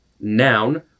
noun